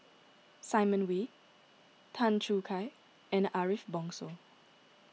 Simon Wee Tan Choo Kai and Ariff Bongso